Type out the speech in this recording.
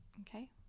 okay